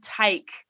take